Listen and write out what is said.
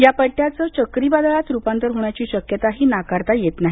या पट्टयाचं चक्रीवादळात रुपांतर होण्याची शक्यताही नाकारता येत नाही